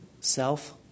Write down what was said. self